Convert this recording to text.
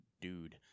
Dude